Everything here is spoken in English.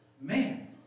Man